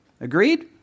Agreed